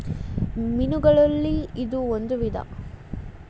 ಮೇನುಗಳಲ್ಲಿ ಇದು ಒಂದ ವಿಧಾ